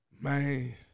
Man